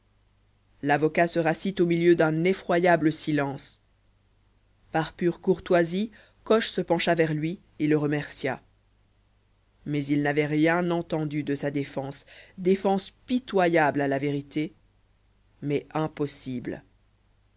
l'avocat se rassit au milieu d'un effrayant silence par pure courtoisie coche se pencha vers lui et le remercia mais il n'avait rien entendu de sa défense défense pitoyable à la vérité mais impossible